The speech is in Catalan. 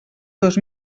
dos